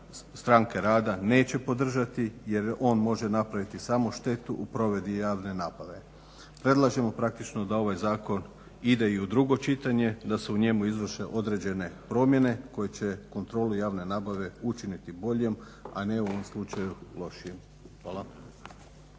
stranke rada neće podržati jer on može napraviti samo štetu u provedbi javne nabave. Predlažemo praktično da ovaj zakon ide i u drugo čitanje, da se u njemu izvrše određene promjene koje će kontrolu javne nabave učiniti boljom a ne u ovom slučaju lošijom. Hvala.